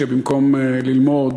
שבמקום ללמוד,